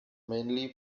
mainly